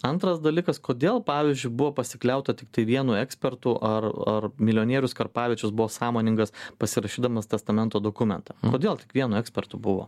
antras dalykas kodėl pavyzdžiui buvo pasikliauta tiktai vienu ekspertu ar ar milijonierius karpavičius buvo sąmoningas pasirašydamas testamento dokumentą kodėl tik vienu ekspertu buvo